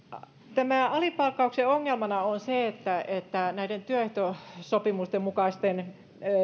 tämän alipalkkauksen ongelmana on se että että näiden työehtosopimusten mukaisten